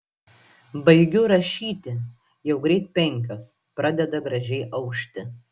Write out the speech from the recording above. baigiu rašyti jau greit penkios pradeda gražiai aušti